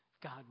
God